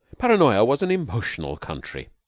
paranoya was an emotional country,